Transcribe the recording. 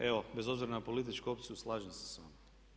Evo bez obzira na političku opciju slažem se s vama.